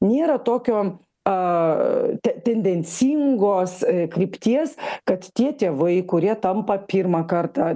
nėra tokio tendencingos krypties kad tie tėvai kurie tampa pirmą kartą